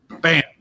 bam